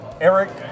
Eric